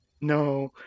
No